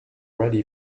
ready